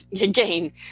Again